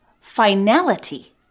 finality